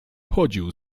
chodził